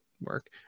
work